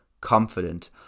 confident